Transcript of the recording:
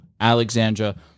alexandra